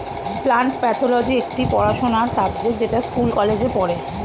plant pathology একটি পড়াশোনার subject যেটা স্কুল কলেজে পড়ে